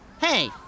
Hey